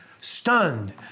stunned